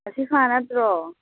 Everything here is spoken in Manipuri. ꯑꯁꯤꯐꯥ ꯅꯠꯇ꯭ꯔꯣ